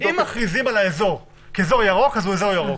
אם מכריזים על האזור כירוק, הוא אזור ירוק.